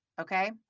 okay